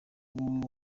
wowe